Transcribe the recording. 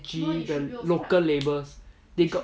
G the local labels